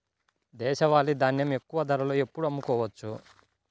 దేశవాలి ధాన్యం ఎక్కువ ధరలో ఎప్పుడు అమ్ముకోవచ్చు?